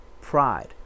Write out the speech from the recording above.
Pride